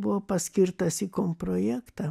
buvo paskirtas į kom projektą